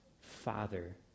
father